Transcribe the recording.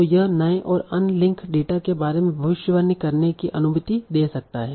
तो यह नए और अनलिंक डेटा के बारे में भविष्यवाणी करने की अनुमति भी दे सकता है